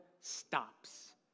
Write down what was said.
stops